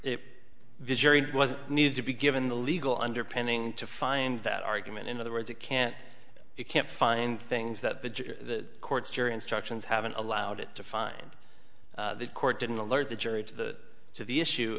it was needed to be given the legal underpinning to find that argument in other words you can't you can't find things that the court's jury instructions haven't allowed it to find the court didn't alert the jury to the to the issue